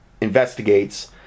investigates